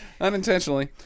unintentionally